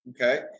Okay